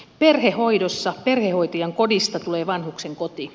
perhehoidossa perhehoitajan kodista tulee vanhuksen koti